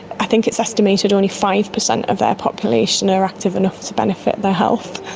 i think it is estimated only five percent of their population are active enough to benefit their health.